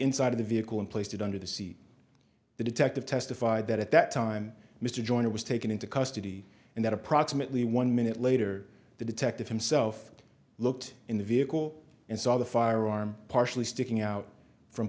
inside of the vehicle and placed it under the seat the detective testified that at that time mr joyner was taken into custody and that approximately one minute later the detective himself looked in the vehicle and saw the firearm partially sticking out from